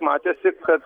matėsi kad